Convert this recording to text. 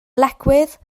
lecwydd